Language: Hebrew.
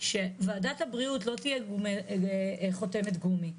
שוועדת הבריאות לא תהיה חותמת גומי,